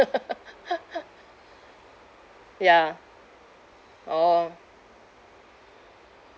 ya orh